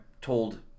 told